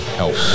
help